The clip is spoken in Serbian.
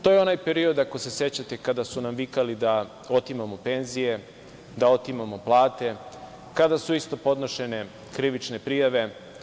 To je onaj period ako se sećate kada su nam vikali da otimamo penzije, da otimamo plate, kada su isto podnošene krivične prijave.